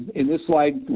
in this slide,